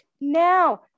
now